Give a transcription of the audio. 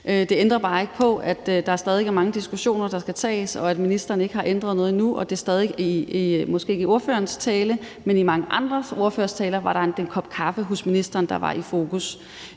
Det ændrer bare ikke på, at der stadig væk er mange diskussioner, der skal tages, og at ministeren ikke har ændret noget endnu. I mange af ordførertalerne – men måske ikke i ordførerens tale – var det at få en kop kaffe hos ministeren i fokus,